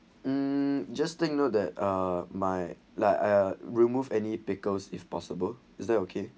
mm just take note that are my like uh remove any pickles if possible is that okay